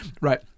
Right